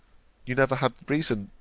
you never had reason,